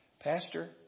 Pastor